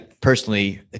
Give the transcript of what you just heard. personally